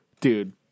dude